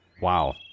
Wow